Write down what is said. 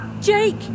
Jake